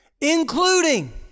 including